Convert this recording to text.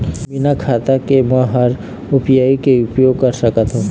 बिना खाता के म हर यू.पी.आई के उपयोग कर सकत हो?